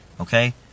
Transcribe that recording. Okay